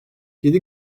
yedi